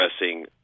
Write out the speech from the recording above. addressing